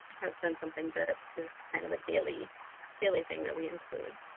has been something that is kind of a daily daily thing that we include.